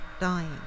dying